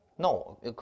No